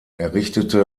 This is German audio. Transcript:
errichtete